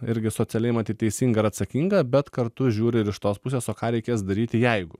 irgi socialiai matyt teisinga ar atsakinga bet kartu žiūri ir iš tos pusės o ką reikės daryti jeigu